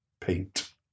paint